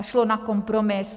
Šlo na kompromis.